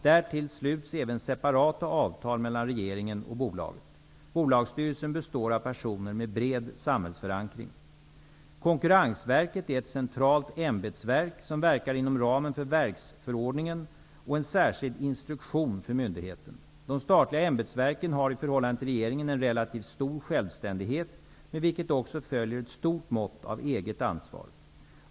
Därtill sluts även separata avtal mellan regeringen och bolaget. Bolagsstyrelsen består av personer med bred samhällsförankring. Konkurrensverket är ett centralt ämbetsverk som verkar inom ramen för verksförordningen och en särskild instruktion för myndigheten. De statliga ämbetsverken har i förhållande till regeringen en relativt stor självständighet, med vilket också följer ett stort mått av eget ansvar.